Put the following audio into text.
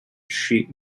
sheet